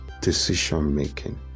decision-making